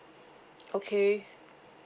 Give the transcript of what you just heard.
okay